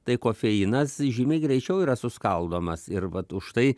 tai kofeinas žymiai greičiau yra suskaldomas ir vat užtai